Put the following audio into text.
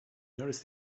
noticed